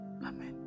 Amen